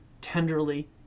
tenderly